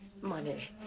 money